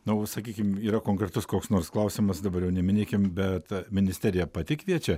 na o sakykim yra konkretus koks nors klausimas dabar jo neminėkim bet ministerija pati kviečia